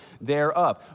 thereof